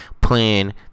playing